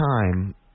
time